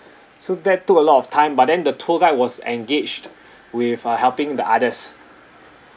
so that took a lot of time but then the tour guide was engaged with uh helping the others